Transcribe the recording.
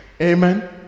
amen